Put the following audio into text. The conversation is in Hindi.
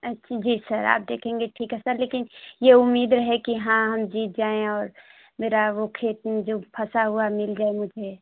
अच्छा जी सर आप देखेंगे ठीक है सर लेकिन ये उम्मीद रहे की हम हाँ जीत जाएँ और मेरा वो खेत मुझे फंसा हुआ वो मिल जाए मुझे